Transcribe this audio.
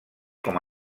com